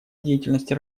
деятельности